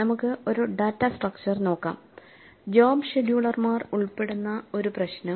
നമുക്ക് ഒരു data structure നോക്കാം ജോബ് ഷെഡ്യൂളർമാർ ഉൾപ്പെടുന്ന ഒരു പ്രശ്നം